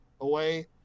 away